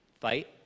fight